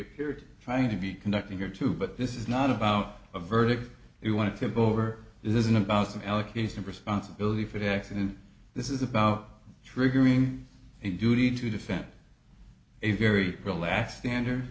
appeared trying to be conducting here too but this is not about a verdict you want to give over this isn't about the allocation of responsibility for the accident this is about triggering a duty to defend a very relaxed standard